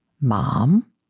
Mom